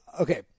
Okay